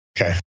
Okay